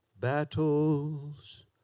battles